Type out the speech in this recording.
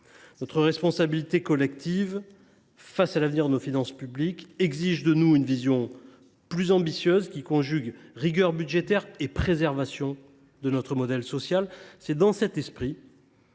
Notre responsabilité collective face à l’avenir de nos finances publiques exige de notre part une vision plus ambitieuse, qui concilie rigueur budgétaire et préservation de notre modèle social. C’est dans cet esprit